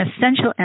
essential